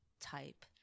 type